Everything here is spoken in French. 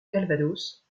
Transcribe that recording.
calvados